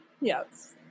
Yes